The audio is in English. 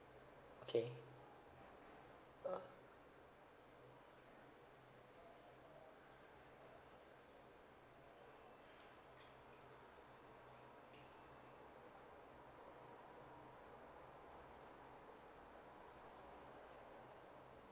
okay oh